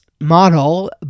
model